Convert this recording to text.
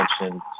mentioned